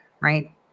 right